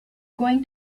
going